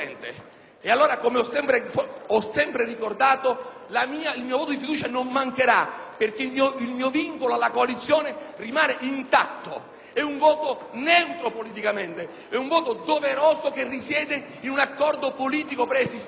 Allora, come ho sempre ricordato, il mio voto di fiducia non mancherà perché il mio vincolo alla coalizione rimane intatto: è un voto neutro politicamente, doveroso, che risiede in un accordo politico preesistente.